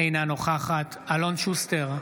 אינה נוכחת אלון שוסטר,